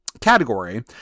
category